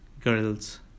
Girls